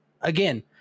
again